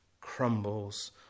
crumbles